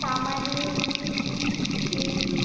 প্রামাণিক শীল